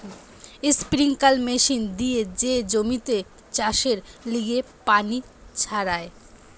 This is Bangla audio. স্প্রিঙ্কলার মেশিন দিয়ে যে জমিতে চাষের লিগে পানি ছড়ায়